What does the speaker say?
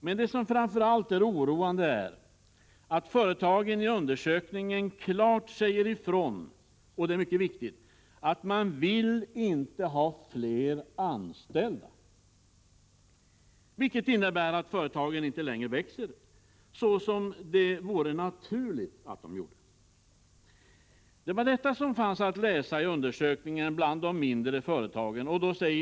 Men det som framför allt är oroande är att företagen i undersökningen klart säger ifrån — detta är mycket viktigt — att de inte vill ha fler anställda. Det innebär att företagen inte längre växer, vilket vore naturligt. Detta kunde man läsa i undersökningen bland de mindre företagen.